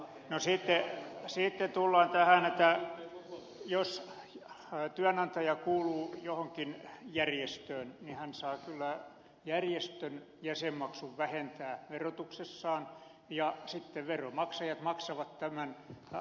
no sitten tullaan tähän että jos työnantaja kuuluu johonkin järjestöön niin hän saa kyllä järjestön jäsenmaksun vähentää verotuksessaan ja sitten veronmaksajat maksavat tämän aukon